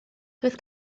doedd